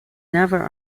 never